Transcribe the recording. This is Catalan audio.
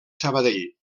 sabadell